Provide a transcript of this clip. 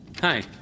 Hi